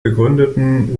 gegründeten